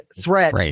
threat